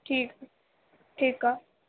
ठीकु ठीकु आहे